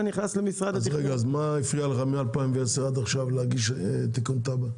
אז מ-2010 ועד עכשיו מה הפריע לך להגיש תיקון תב"ע?